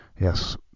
yes